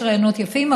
יש רעיונות יפים,